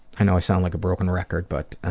i know i sound like a broken record, but,